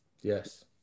yes